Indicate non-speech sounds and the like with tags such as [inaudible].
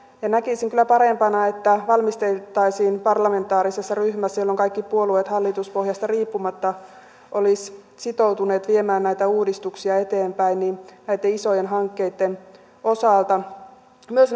ja näkisin kyllä parempana että valmisteltaisiin parlamentaarisessa ryhmässä jolloin kaikki puolueet hallituspohjasta riippumatta olisivat sitoutuneet viemään näitä uudistuksia eteenpäin isojen hankkeitten osalta myös [unintelligible]